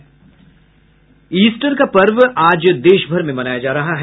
Easter का पर्व आज देशभर में मनाया जा रहा है